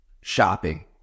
shopping